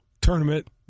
tournament